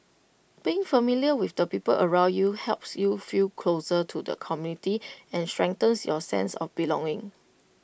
being familiar with the people around you helps you feel closer to the community and strengthens your sense of belonging